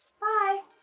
Bye